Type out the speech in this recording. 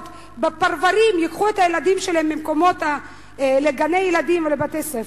ובפרברים ייקחו את הילדים כל יום במשך 40 דקות לגני-ילדים ולבתי-ספר,